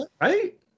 Right